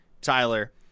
Tyler